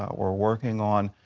ah we're working on